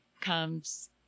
comes